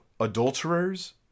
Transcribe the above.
Adulterers